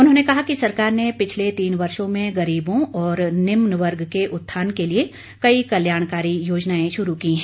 उन्होने कहा कि सरकार ने पिछले तीन वर्षों में गरीबों और निम्न वर्ग के उत्थान के लिए कई कल्याणकारी योजनाएं शुरू की हैं